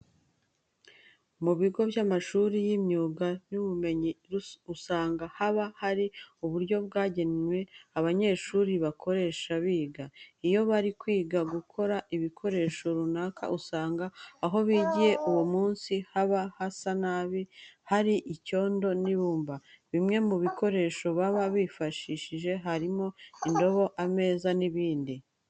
Mu bigo by'amashuri y'imyuga n'ubumenyingiro usanga haba hari uburyo bwagenwe abanyeshuri bakoresha biga. Iyo bari kwiga gukora ibikoresho runaka, usanga aho bigiye uwo munsi haba hasa nabi, hari icyondo n'ibumba. Bimwe mu bikoresho baba bifashishije harimo indobo, ameza n'ibindi.